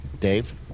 dave